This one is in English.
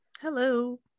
Hello